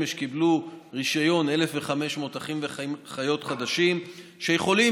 אמש קיבלו רישיון 1,500 אחים ואחיות חדשים שיכולים